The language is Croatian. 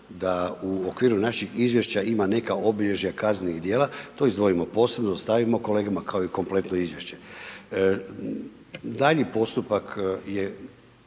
da u okviru našeg izvješća ima neka obilježja kaznenih djela, to izdvojimo posebno, ostavimo kolegama kao i kompletno izvješće. Daljnji postupak je